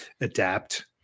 adapt